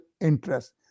interest